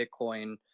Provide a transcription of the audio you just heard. Bitcoin